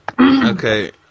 Okay